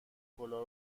کلاه